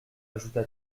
ajouta